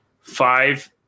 five